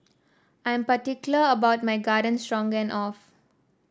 I am particular about my Garden Stroganoff